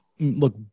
Look